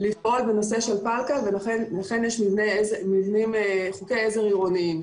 לפעול בנושא של פלקל ולכן יש חוקי עזר עירוניים.